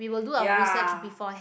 ya